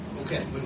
Okay